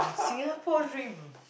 Singapore River